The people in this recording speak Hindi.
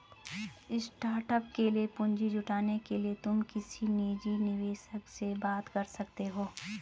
स्टार्टअप के लिए पूंजी जुटाने के लिए तुम किसी निजी निवेशक से बात कर सकते हो